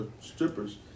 strippers